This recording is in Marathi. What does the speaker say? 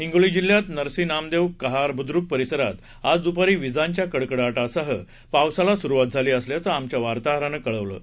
हिंगोली जिल्ह्यातल्या नरसी नामदेव कहाकर बुद्दक परिसरात आज दुपारी विजांच्या कडकडाटासह पावसाला सुरुवात झाली असल्याचं आमच्या वार्ताहरानं कळवलं आहे